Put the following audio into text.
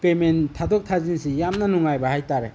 payment ꯊꯥꯗꯣꯛ ꯊꯥꯖꯤꯟꯁꯤ ꯌꯥꯝꯅ ꯅꯨꯡꯉꯥꯏꯕ ꯍꯥꯏꯇꯥꯔꯦ